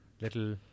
little